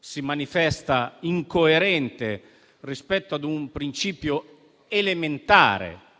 si manifesta incoerente rispetto a un principio elementare,